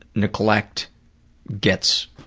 neglect gets